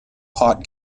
pot